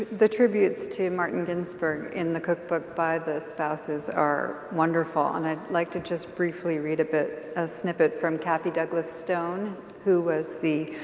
the tributes to martin ginsburg in the cook book by the spouses are wonderful. and i'd like to just breifly read but a snippit from cathy douglas stone who was the